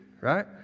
right